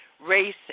Race